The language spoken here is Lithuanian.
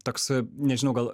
toks nežinau gal